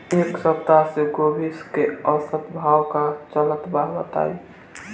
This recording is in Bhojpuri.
एक सप्ताह से गोभी के औसत भाव का चलत बा बताई?